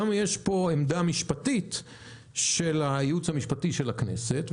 יש פה גם עמדה משפטית של הייעוץ המשפטי של הכנסת,